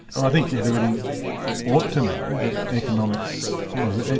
um i think everybody ought to know that economics was,